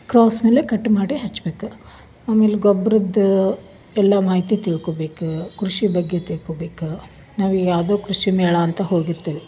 cross ಮೇಲೆ cut ಮಾಡಿ ಹಚ್ಬೇಕು ಆಮೇಲೆ ಗೊಬ್ಬರದ್ದು ಎಲ್ಲ ಮಾಹಿತಿ ತಿಳ್ಕೊಬೇಕು ಕೃಷಿ ಬಗ್ಗೆ ತಿಳ್ಕೊಬೇಕು ನಾವು ಯಾವುದೋ ಕೃಷಿಮೇಳ ಅಂತ ಹೋಗಿರ್ತೀವಿ